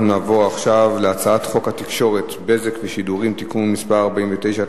אנחנו נעבור עכשיו להצעת חוק התקשורת (בזק ושידורים) (תיקון מס' 49),